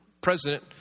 president